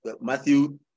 Matthew